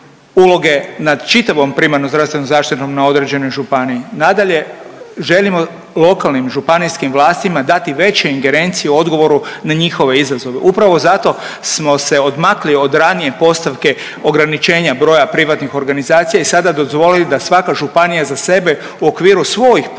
na čitavom primarnom zdravstvenom zaštitom na određenoj županiji. Nadalje, želimo lokalnim županijskim vlastima dati veće ingerencije u odgovoru na njihove izazove. Upravo zato smo se odmakli od ranije postavke ograničenja broja privatnih organizacija i sada dozvolili da svaka županija za sebe u okviru svojih potreba,